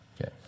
Okay